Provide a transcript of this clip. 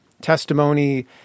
testimony